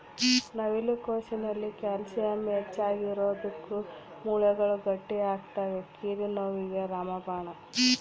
ನವಿಲು ಕೋಸಿನಲ್ಲಿ ಕ್ಯಾಲ್ಸಿಯಂ ಹೆಚ್ಚಿಗಿರೋದುಕ್ಕ ಮೂಳೆಗಳು ಗಟ್ಟಿಯಾಗ್ತವೆ ಕೀಲು ನೋವಿಗೆ ರಾಮಬಾಣ